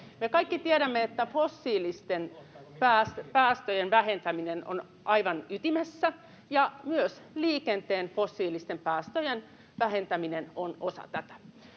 Me kaikki tiedämme, että fossiilisten päästöjen vähentäminen on aivan ytimessä, ja myös liikenteen fossiilisten päästöjen vähentäminen on osa tätä.